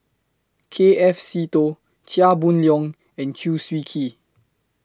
K F Seetoh Chia Boon Leong and Chew Swee Kee